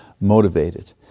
motivated